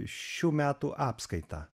šių metų apskaitą